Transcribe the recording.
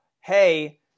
hey